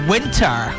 Winter